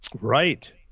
Right